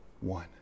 one